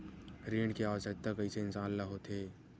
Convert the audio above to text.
ऋण के आवश्कता कइसे इंसान ला होथे?